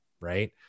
right